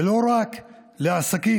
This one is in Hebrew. ולא רק לעסקים,